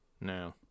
No